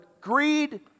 greed